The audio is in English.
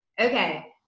okay